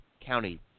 County